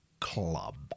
Club